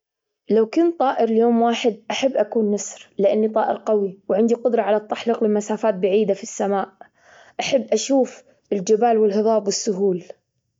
لو كنت طائر ليوم واحد أحب أكون نسر لإني طائر قوي وعندي قدرة على التحليق لمسافات بعيدة في السماء، أحب أشوف الجبال والهضاب والسهول.